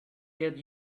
get